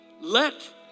let